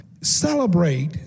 celebrate